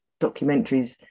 documentaries